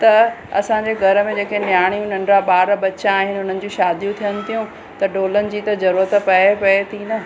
त असांजे घर में जेके नियाणियूं नंढा ॿार बच्चा आहिनि हुनजी शादियूं थियनि थियूं त ढोलनि जी त जरूरत पए पए थी न